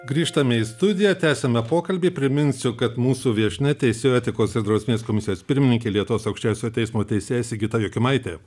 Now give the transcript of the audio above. grįžtame į studiją tęsiame pokalbį priminsiu kad mūsų viešnia teisėjų etikos ir drausmės komisijos pirmininkė lietuvos aukščiausiojo teismo teisėja sigita jokimaitė